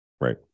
Right